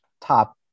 top